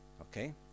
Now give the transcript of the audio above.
okay